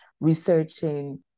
researching